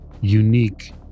unique